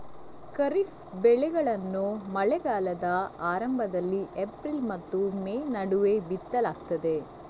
ಖಾರಿಫ್ ಬೆಳೆಗಳನ್ನು ಮಳೆಗಾಲದ ಆರಂಭದಲ್ಲಿ ಏಪ್ರಿಲ್ ಮತ್ತು ಮೇ ನಡುವೆ ಬಿತ್ತಲಾಗ್ತದೆ